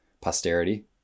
posterity